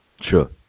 sure